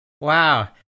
Wow